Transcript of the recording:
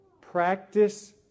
Practice